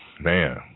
man